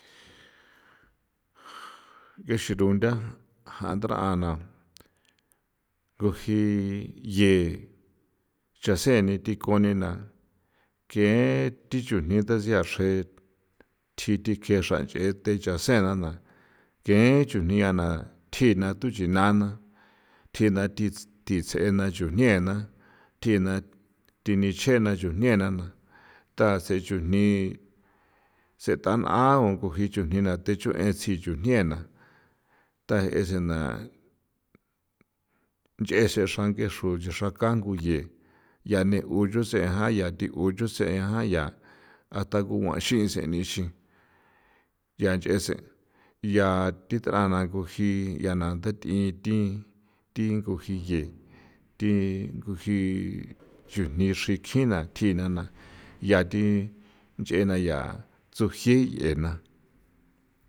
Ng'exin runtha kja ndara'a na koji ye chasen ni thi ko nena ke thi chujni tsia xre tji thi kjin xranchri je the nchase na ke chujni yaa na tji'i na tuchina'a tjina thi thi ts'ena ke chujni ya'a na'a tji'i antho chinana tjina thi seena thini chena chujnina ntha see chujni setana'a u ko ji chujni thue tsji chujni na taje sena nch'esen jee xra chexraka kuje ncha ne u ju se ncha thi uchu sen neja nuna ngatha niguaxi nthese ncha nch'e sen ncha thi thana thi nchana thi thi ithi thingu ji ye thingu ji chujni xri tjina tjina na yathi nch'e na ya tsuji ena.